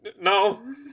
No